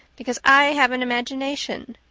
because i have an imagination.